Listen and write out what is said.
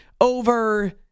over